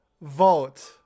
vote